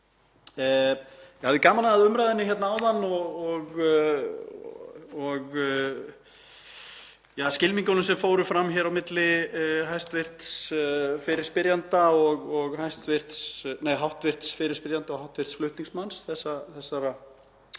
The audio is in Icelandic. Ég hafði gaman af umræðunni hér áðan og skylmingunum sem fóru fram milli hv. fyrirspyrjanda og hv. flutningsmanns þessarar